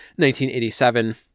1987